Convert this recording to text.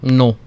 no